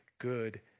good